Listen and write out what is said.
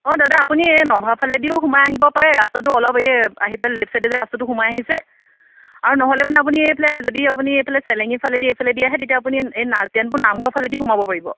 অঁ দাদা আপুনি এই ন'ভাৰ ফালেদিও সোমাই আহিব পাৰে ৰাস্তাটো অলপ এই আহি পেলাই লেফ্ট ছাইডে যে ৰাস্তাটো সোমাই আহিছে আৰু নহ'লে মানে আপুনি এইফালে যদি আপুনি এইফালে চেলেঙিৰ ফালেদি এইফালে দি আহে তেতিয়া আপুনি এই না টেনবোৰ নামঘৰ ফালেদি সোমাব পাৰিব